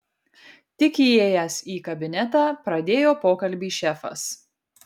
tik įėjęs į kabinetą pradėjo pokalbį šefas